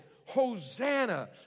Hosanna